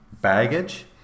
baggage